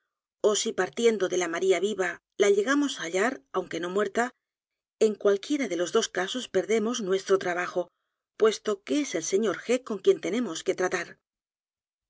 ó si partiendo de la maría viva la llegamos á hallar aunque no muerta en cualquiera de los dos casos perdemos nuestro trabajo puesto que es el señor g con quien tenemos que tratar